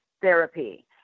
therapy